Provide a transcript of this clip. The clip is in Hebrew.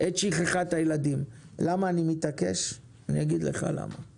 אגיד לך למה אני מתעקש, כי